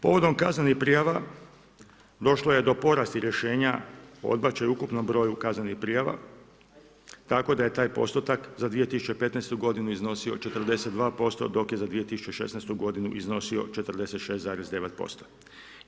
Povodom kaznenih prijava došlo je do poraslih rješenja o odbačaju u ukupnom broju kaznenih prijava, tako da je taj postotak za 2015. godinu iznosio 42%, dok je za 2016. godinu iznosio 46,9%